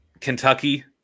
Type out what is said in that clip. Kentucky